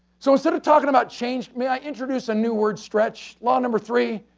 so, instead of talking about change, may i introduce a new word stretch. law number three,